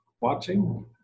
watching